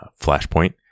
Flashpoint